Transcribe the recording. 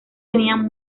tenían